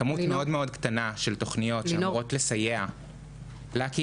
כמות מאוד קטנה של תוכניות שאמורות לסייע לקהילה